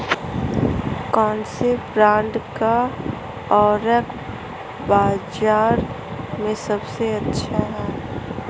कौनसे ब्रांड का उर्वरक बाज़ार में सबसे अच्छा हैं?